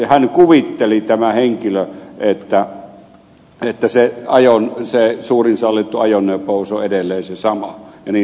hän kuvitteli tämä henkilö että se suurin sallittu ajonopeus on edelleen se sama ja niin sakot tuli